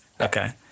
Okay